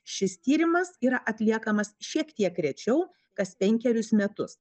šis tyrimas yra atliekamas šiek tiek rečiau kas penkerius metus